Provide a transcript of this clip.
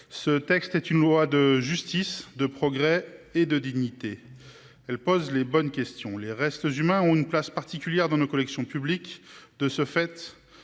Ce texte est une loi de justice, de progrès et de dignité. Ses auteurs posent les bonnes questions. Les restes humains ont une place particulière dans nos collections publiques ; de ce fait,